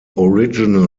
original